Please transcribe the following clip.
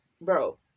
bro